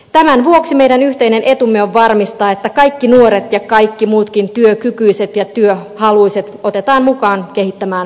tämän vuoksi meidän yhteinen etumme on varmistaa että kaikki nuoret ja kaikki muutkin työkykyiset ja työhaluiset otetaan mukaan kehittämään yhteiskuntaamme